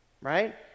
right